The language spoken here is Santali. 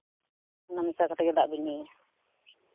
ᱚᱱᱟ ᱢᱮᱥᱟ ᱠᱟᱛᱮ ᱜᱮ ᱫᱟᱜ ᱵᱤᱱ ᱧᱩᱭᱟ